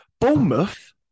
Bournemouth